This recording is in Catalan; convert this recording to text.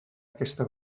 aquesta